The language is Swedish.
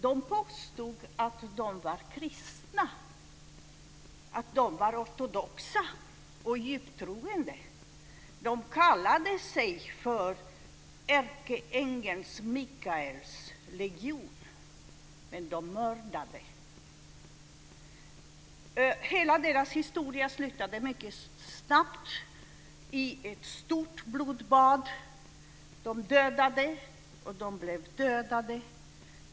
De påstod att de var kristna, att de var ortodoxa och djupt troende. De kallade sig för ärkeängeln Mikaels legion, men de mördade. Hela deras historia slutade mycket snabbt i ett stort blodbad. De dödade, och de blev dödade.